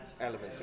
element